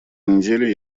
неделе